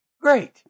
Great